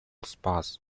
spas